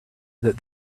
that